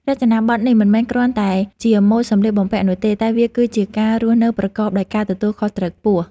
រចនាប័ទ្មនេះមិនមែនគ្រាន់តែជាម៉ូដសម្លៀកបំពាក់នោះទេ តែវាគឺជាការរស់នៅប្រកបដោយការទទួលខុសត្រូវខ្ពស់។